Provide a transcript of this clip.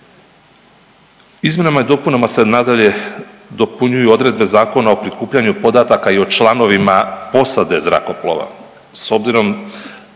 Izmjenama i dopunama se nadalje dopunjuju odredbe zakona o prikupljanju podataka i o članovima posade zrakoplova,